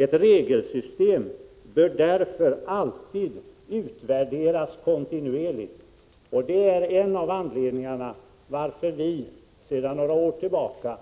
Ett regelsystem bör därför alltid utvärderas kontinuerligt.” Det är en av anledningarna till att vi sedan några år tillbaka